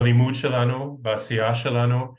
בלימוד שלנו, בעשייה שלנו.